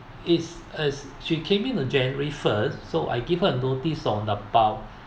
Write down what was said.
is is she came in on january first so I give her a notice on about